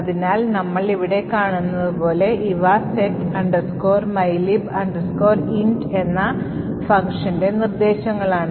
അതിനാൽ നമ്മൾ ഇവിടെ കാണുന്നതു പോലെ ഇവ set mylib int എന്ന functionൻറെ നിർദ്ദേശങ്ങളാണ്